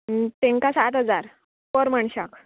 तांकां सात हजार पर मनशाक